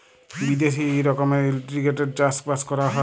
বিদ্যাশে ই রকমের ইলটিগ্রেটেড চাষ বাস ক্যরা হ্যয়